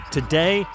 Today